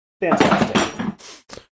fantastic